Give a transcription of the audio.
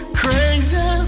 crazy